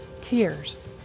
Tears